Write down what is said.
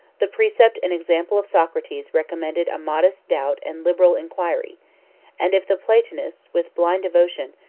the precept and example of socrates recommended a modest doubt and liberal inquiry and if the platonists, with blind devotion,